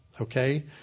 okay